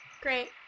Great